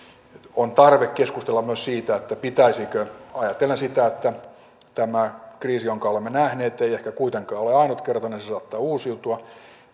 on tarve keskustella myös siitä pitäisikö ajatellen sitä että tämä kriisi jonka olemme nähneet ei ehkä kuitenkaan ole ainutkertainen se se saattaa uusiutua